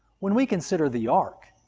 when we consider the ark,